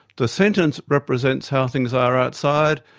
the sentence represents how things are outside.